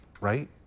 right